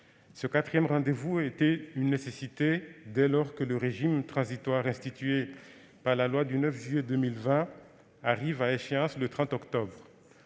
Ce quatrième rendez-vous était une nécessité, dès lors que le régime transitoire institué par la loi du 9 juillet 2020 arrive à échéance le 30 octobre.